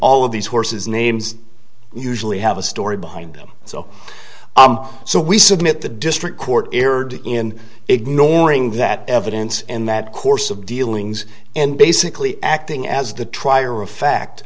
ll of these horses names usually have a story behind them so so we submit the district court erred in ignoring that evidence in that course of dealings and basically acting as the trier of fact